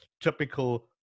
typical